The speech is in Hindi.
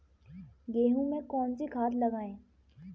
गेहूँ में कौनसी खाद लगाएँ?